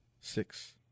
Six